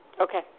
Okay